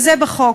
וזה בחוק.